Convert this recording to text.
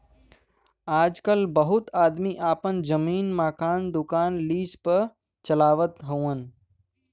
आजकल बहुत आदमी आपन जमीन, मकान, दुकान लीज पे चलावत हउअन